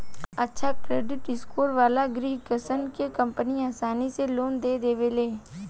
अच्छा credit score वालन ग्राहकसन के कंपनि आसानी से लोन दे देवेले